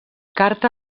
carta